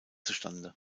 zustande